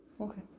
okay